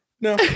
No